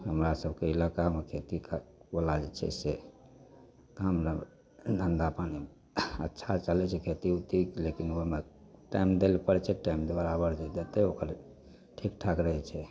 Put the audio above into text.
हमरा सबके इलाकामे खेती खा कोला जे छै से काम जब धन्धा पानि अच्छा चलै छै खेती ओती लेकिन ओहोमे टाइम दै लए पड़ै छै टाइम जे बराबर ओ देतै ओकर ठीक ठाक रहै छै